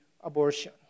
abortion